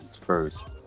first